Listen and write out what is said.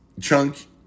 Chunk